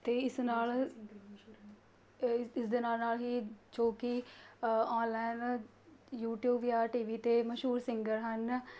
ਅਤੇ ਇਸ ਨਾਲ ਇਸ ਦੇ ਨਾਲ ਨਾਲ ਹੀ ਜੋ ਕਿ ਔਨਲਾਈਨ ਯੂਟਿਊਬ ਜਾਂ ਟੀ ਵੀ 'ਤੇ ਮਸ਼ਹੂਰ ਸਿੰਗਰ ਹਨ